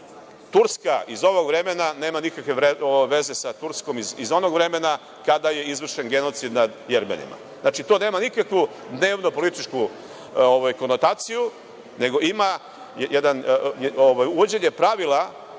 Turska iz ovog vremena nema nikakve veze sa Turskom iz onog vremena kada je izvršen genocid nad Jermenima. Znači, to nema nikakvu dnevno-političku konotaciju, nego ima uvođenje pravila